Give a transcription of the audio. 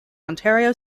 ontario